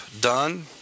done